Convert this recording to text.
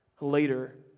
later